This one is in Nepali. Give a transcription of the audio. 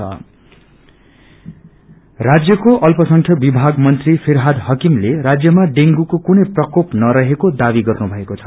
डेंग्र राज्यको अल्पसंख्यक विभाग फिरहाद हाकिमले राज्यमा डेंगूको कुनै प्रकोप नरहेको दावी गन्नुभएको छ